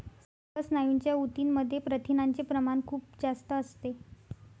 सर्व स्नायूंच्या ऊतींमध्ये प्रथिनांचे प्रमाण खूप जास्त असते